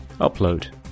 Upload